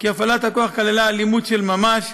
שהפעלת הכוח כללה אלימות של ממש,